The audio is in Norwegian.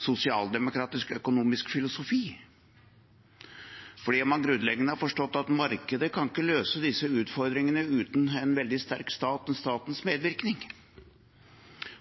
sosialdemokratisk økonomisk filosofi ved at man grunnleggende har forstått at markedet ikke kan løse disse utfordringene uten en veldig sterk stat og statens medvirkning.